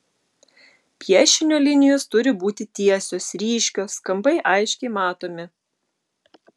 piešinio linijos turi būti tiesios ryškios kampai aiškiai matomi